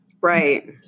Right